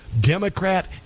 Democrat